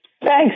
Thanks